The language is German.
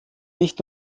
nicht